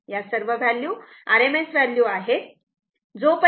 या सर्व व्हॅल्यू आता RMS व्हॅल्यू आहेत